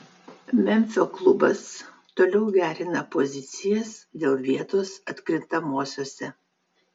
memfio klubas toliau gerina pozicijas dėl vietos atkrintamosiose